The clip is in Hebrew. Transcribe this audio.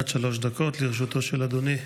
עד שלוש דקות לרשותו של אדוני.